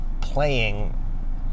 playing